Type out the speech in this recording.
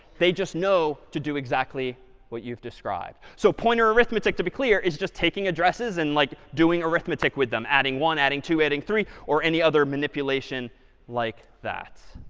they just know to do exactly what you've described. so pointer arithmetic, to be clear, is just taking addresses and like, doing arithmetic with them, adding one, adding two, adding three, or any other manipulation like that.